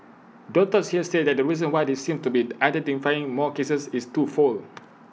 doctors here say that the reason why they seem to be identifying more cases is twofold